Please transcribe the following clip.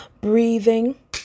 breathing